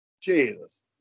Jesus